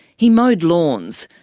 he mowed lawns.